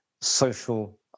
social